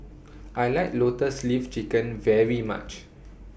I like Lotus Leaf Chicken very much